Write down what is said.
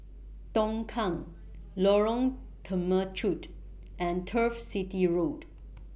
Tongkang Lorong Temechut and Turf City Road